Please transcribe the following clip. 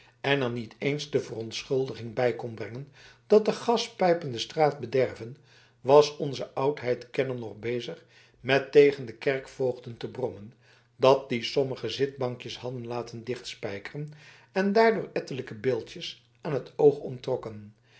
en er niet eens de verontschuldiging bij kon brengen dat de gaspijpen de straat bederven was onze oudheidkenner nog bezig met tegen de kerkvoogden te brommen dat die sommige zitbankjes hadden laten dichtspijkeren en daardoor ettelijke beeldjes aan het oog onttrokken